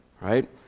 right